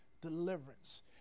deliverance